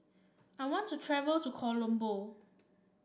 I want to travel to Colombo